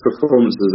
performances